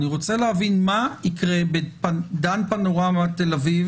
אני רוצה להבין מה יקרה בדן פנורמה תל אביב